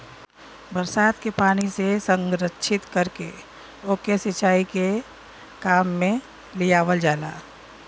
बरसात के पानी से संरक्षित करके ओके के सिंचाई के काम में लियावल जाला